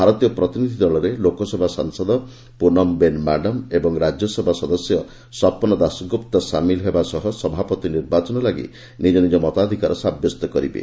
ଭାରତୀୟ ପ୍ରତିନିଧି ଦଳରେ ଲୋକସଭା ସାଂସଦ ପୁନମ୍ବେନ ମାଡାମ୍ ରାଜ୍ୟସଭା ସାଂସଦ ସପନ ଦାସଗୁପ୍ତ ସାମିଲ ହେବା ସହ ସଭାପତି ନିର୍ବାଚନ ଲାଗି ନିଜ ନିଜ ମତାଧିକାର ସାବ୍ୟସ୍ତ କରିବେ